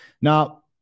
Now